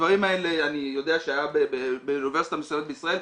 אני יודע שהדברים האלה היו באוניברסיטה מסוימת בישראל,